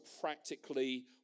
practically